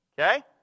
Okay